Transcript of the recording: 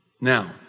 Now